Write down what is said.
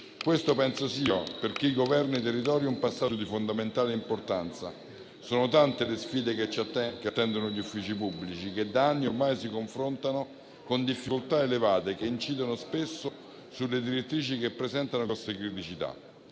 questo sia, per chi governa i territori, un passaggio di fondamentale importanza. Sono tante le sfide che attendono gli uffici pubblici, che da anni ormai si confrontano con difficoltà elevate che incidono spesso sulle direttrici che presentano grosse criticità.